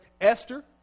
Esther